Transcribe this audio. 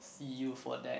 see you for that